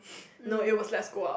no it was let's go up